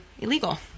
illegal